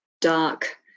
dark